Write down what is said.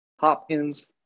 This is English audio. Hopkins